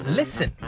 listen